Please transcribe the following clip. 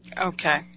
Okay